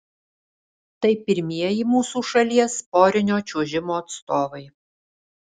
tai pirmieji mūsų šalies porinio čiuožimo atstovai